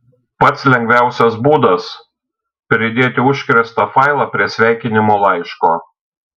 pats lengviausias būdas pridėti užkrėstą failą prie sveikinimo laiško